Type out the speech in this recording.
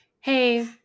hey